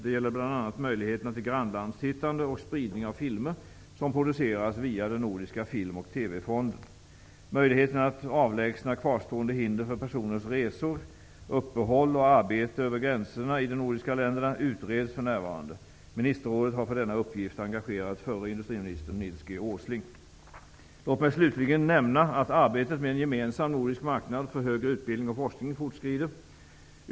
Det gäller bl.a. möjligheterna till grannlandstittande och spridning av filmer som produceras via den nordiska film och Möjligheten att avlägsna kvarstående hinder för personers resor, uppehåll och arbete över gränserna i de nordiska länderna utreds för närvarande. Ministerrådet har för denna uppgift engagerat förre industriministern Nils G. Åsling. Låt mig slutligen nämna att arbetet med en gemensam nordisk marknad för högre utbildning och forskning fortskrider.